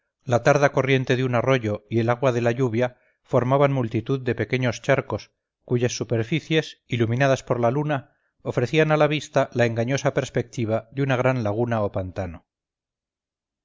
la tarda corriente de un arroyo y el agua de lalluvia formaban multitud de pequeños charcos cuyas superficies iluminadas por la luna ofrecían a la vista la engañosa perspectiva de una gran laguna o pantano